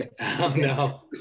No